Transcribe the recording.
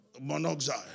monoxide